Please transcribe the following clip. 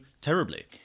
terribly